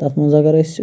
تَتھ مَنٛز اَگَر أسۍ